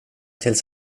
tills